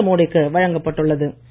நரேந்திரமோடி க்கு வழங்கப்பட்டுள்ளது